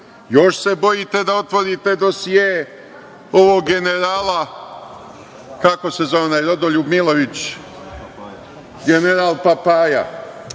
Još se bojite da otvorite dosijee ovog generala, kako se zvao, Rodoljub Milović, general Papaja,